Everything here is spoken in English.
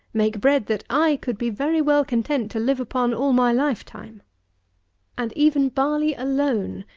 make bread that i could be very well content to live upon all my lifetime and, even barley alone,